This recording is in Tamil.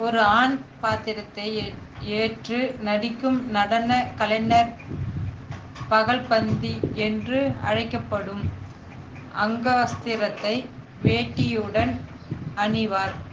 ஒரு ஆண் பாத்திரத்தை ஏ ஏற்று நடிக்கும் நடனக் கலைஞர் பகல் பந்தி என்று அழைக்கப்படும் அங்கவஸ்திரத்தை வேட்டியுடன் அணிவார்